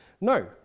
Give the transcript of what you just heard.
No